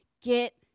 get